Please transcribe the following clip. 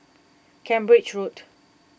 Cambridge Road